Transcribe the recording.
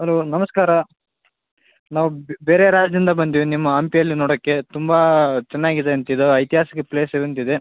hello ನಮಸ್ಕಾರ ನಾವು ಬೇರೆ ರಾಜ್ಯದಿಂದ ಬಂದೀವಿ ನಿಮ್ಮ ಹಂಪಿ ಅಲ್ಲಿ ನೋಡೋಕೆ ತುಂಬಾ ಚೆನ್ನಾಗಿದೆ ಅಂತಿದು ಐತಿಹಾಸಿಕ ಪ್ಲೇಸ್ ಹೊಂದಿದೆ